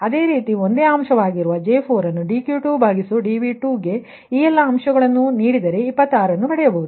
ಅದೇ ರೀತಿ ಒಂದೇ ಅಂಶವಾಗಿರುವ J4 ಅನ್ನು dQ2dV2 ಗೆ ಈ ಎಲ್ಲಾ ಮೌಲ್ಯಗಳನ್ನು ನೀಡಿದರೆ 26 ಅನ್ನು ಪಡೆಯುತ್ತಿರಿ